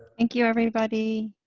thank you, everybody.